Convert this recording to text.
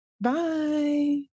Bye